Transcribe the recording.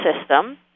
system